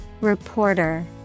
Reporter